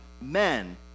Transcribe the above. men